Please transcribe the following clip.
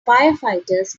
firefighters